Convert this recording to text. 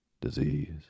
disease